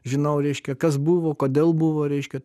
žinau reiškia kas buvo kodėl buvo reiškia